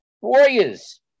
Warriors